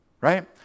right